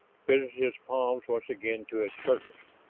fitted his palms once again to its surface,